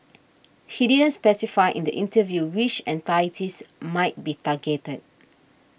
he didn't specify in the interview which entities might be targeted